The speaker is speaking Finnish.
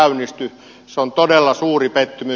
se on todella suuri pettymys